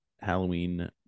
Halloween